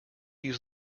use